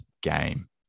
game